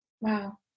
Wow